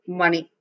money